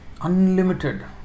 unlimited